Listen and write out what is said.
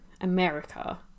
america